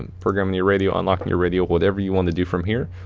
and programming your radio, unlocking your radio, whatever you wanna do from here,